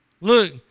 Look